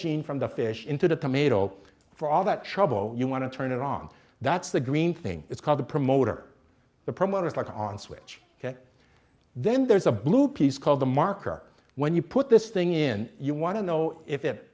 gene from the fish into the tomato for all that trouble you want to turn it on that's the green thing it's called the promoter the promoter it's like on switch then there's a blue piece called the marker when you put this thing in you want to know if it